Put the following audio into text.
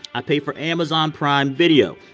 i pay for amazon prime video.